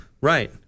Right